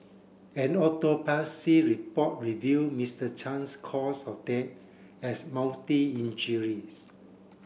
an autopsy report revealed Mister Chan's cause of death as multi injuries